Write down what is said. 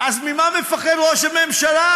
אז ממה מפחד ראש הממשלה?